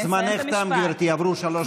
זמנך תם, גברתי, עברו שלוש דקות.